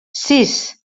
sis